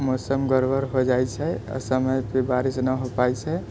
मौसम गड़बड़ हो जाइ छै आ समय पे बारिश न हो पाए छै